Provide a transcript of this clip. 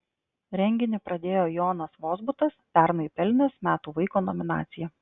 renginį pradėjo jonas vozbutas pernai pelnęs metų vaiko nominaciją